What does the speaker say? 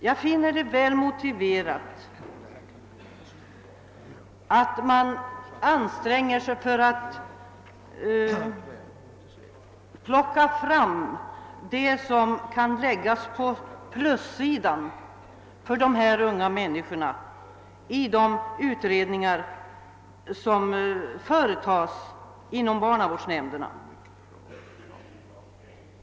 Jag finner det väl motiverat att man i de utredningar som företas inom barnavårdsnämnderna anstränger sig att plocka fram det som kan skrivas på pluskontot för dessa unga människor.